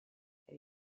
elle